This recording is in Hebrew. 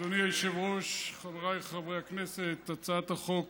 אדוני היושב-ראש, חבריי חברי הכנסת, הצעת חוק